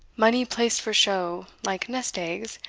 money placed for show, like nest-eggs,